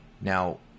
Now